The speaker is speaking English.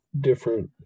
different